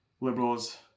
liberals